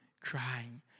crying